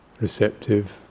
receptive